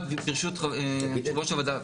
רק ברשות יושבת ראש הוועדה,